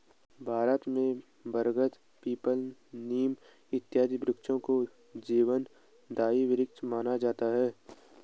भारत में बरगद पीपल नीम इत्यादि वृक्षों को जीवनदायी वृक्ष माना जाता है